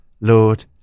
Lord